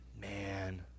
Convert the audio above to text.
Man